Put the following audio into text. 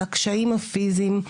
על הקשיים הפיזיים.